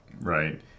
right